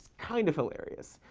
kind of hilarious.